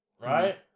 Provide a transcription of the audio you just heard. right